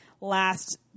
last